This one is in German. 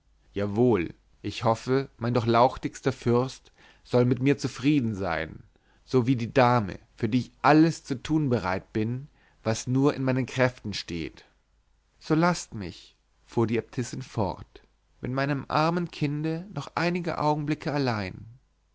jawohl ich hoffe mein durchlauchtigster fürst soll mit mir zufrieden sein so wie die dame für die ich alles zu tun bereit bin was nur in meinen kräften steht so laßt mich fuhr die äbtissin fort mit meinem armen kinde noch einige augenblicke allein